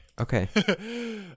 Okay